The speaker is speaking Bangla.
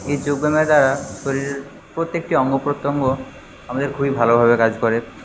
এই যোগ ব্যায়ামের দ্বারা শরীরের প্রত্যেকটি অঙ্গ প্রত্যঙ্গ আমাদের খুবই ভালোভাবে কাজ করে